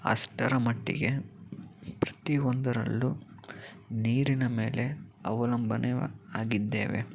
ಅಷ್ಟರ ಮಟ್ಟಿಗೆ ಪ್ರತಿಯೊಂದರಲ್ಲೂ ನೀರಿನ ಮೇಲೆ ಅವಲಂಬನೆ ಆಗಿದ್ದೇವೆ